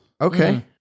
Okay